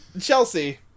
Chelsea